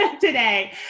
today